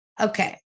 Okay